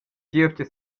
gievgia